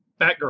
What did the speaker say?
Batgirl